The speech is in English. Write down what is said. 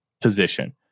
position